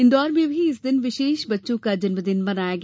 इन्दौर में भी इस दिन विशेष बच्चों का जन्मदिन मनाया गया